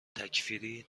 تکفیری